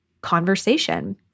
conversation